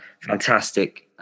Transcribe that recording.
Fantastic